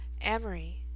Amory